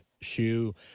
shoe